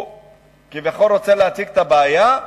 הוא כביכול רוצה להציג את הבעיה,